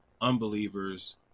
unbelievers